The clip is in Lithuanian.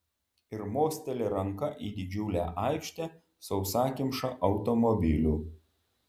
ir mosteli ranka į didžiulę aikštę sausakimšą automobilių